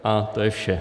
A to je vše.